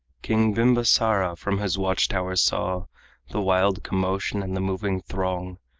king bimbasara from his watch-tower saw the wild commotion and the moving throng,